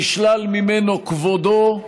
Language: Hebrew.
נשלל ממנו כבודו,